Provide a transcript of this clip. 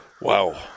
wow